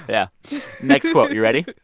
yeah next quote, you ready?